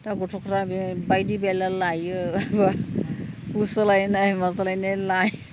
दा गथ'फ्रानो बायदि बेला लायो सोलायनाय मानाय लायो